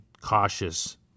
cautious